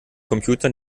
computern